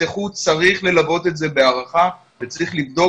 יפתחו צריך ללוות את זה בהערכה וצריך לבדוק